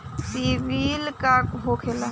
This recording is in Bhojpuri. सीबील का होखेला?